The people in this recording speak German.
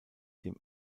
dem